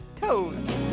Toes